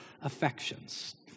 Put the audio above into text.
affections